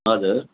हजुर